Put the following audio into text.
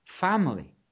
family